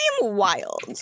wild